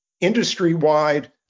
industry-wide